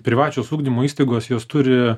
privačios ugdymo įstaigos jos turi